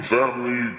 Family